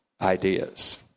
ideas